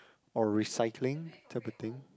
or recycling type of thing